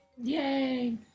Yay